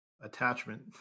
attachment